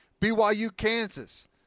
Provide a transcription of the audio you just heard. BYU-Kansas